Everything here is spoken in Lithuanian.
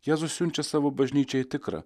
jėzus siunčia savo bažnyčiai tikrą